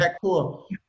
cool